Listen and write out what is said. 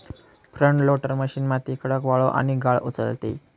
front loader machine माती, खडक, वाळू आणि गाळ उचलते